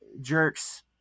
jerks